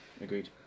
agreed